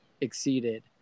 exceeded